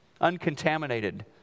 uncontaminated